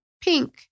Pink